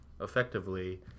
effectively